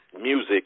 music